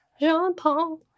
Jean-Paul